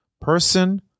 Person